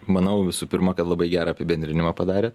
manau visų pirma kad labai gerą apibendrinimą padarėt